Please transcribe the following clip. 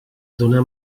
donar